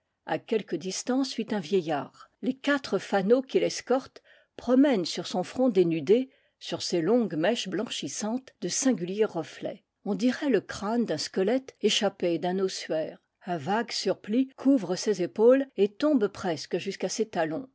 quelque distance suit un vieillard les quatre fanaux qui l'escortent promènent sur son front dénudé sur ses longues mèches blanchissantes de singuliers reflets on dirait le crâne d'un squelette échappé d'un ossuaire un vague surplis couvre ses épaules et tombe presque jusqu'à ses talons